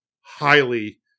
highly